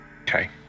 Okay